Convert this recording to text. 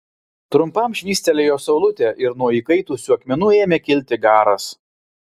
trumpam švystelėjo saulutė ir nuo įkaitusių akmenų ėmė kilti garas